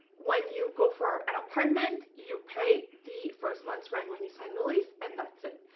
when you go for an apartment, you pay the first month's rent when you sign the lease, and that's it.